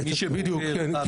גם אם היום הוא לא חרדי?